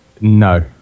No